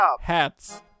hats